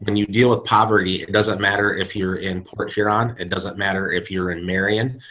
and you deal with poverty. it doesn't matter if you're in port here on it doesn't matter if you're in marion,